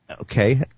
Okay